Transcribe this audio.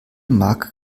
mag